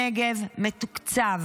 הנגב מתוקצב